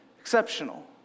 Exceptional